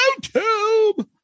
YouTube